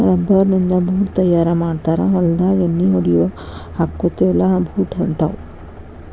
rubber ನಿಂದ boot ತಯಾರ ಮಾಡ್ತಾರ ಹೊಲದಾಗ ಎಣ್ಣಿ ಹೊಡಿಯುವಾಗ ಹಾಕ್ಕೊತೆವಿ ಅಲಾ ಬೂಟ ಹಂತಾವ